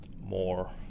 more